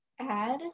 add